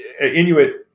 Inuit